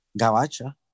Gavacha